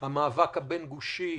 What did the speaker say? המאבק הבין-גושי,